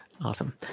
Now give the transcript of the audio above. Awesome